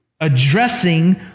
addressing